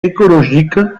écologique